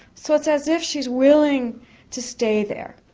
so it's as if she's willing to stay there.